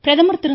பிரதமர் திரு